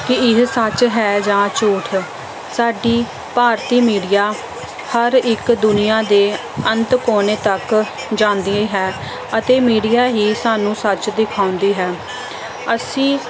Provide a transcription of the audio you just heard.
ਕਿ ਇਹ ਸੱਚ ਹੈ ਜਾਂ ਝੂਠ ਸਾਡੀ ਭਾਰਤੀ ਮੀਡੀਆ ਹਰ ਇੱਕ ਦੁਨੀਆ ਦੇ ਅੰਤ ਕੋਨੇ ਤੱਕ ਜਾਂਦੀ ਹੈ ਅਤੇ ਮੀਡੀਆ ਹੀ ਸਾਨੂੰ ਸੱਚ ਦਿਖਾਉਂਦੀ ਹੈ ਅਸੀਂ